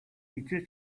хэзээ